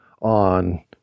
on